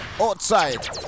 Outside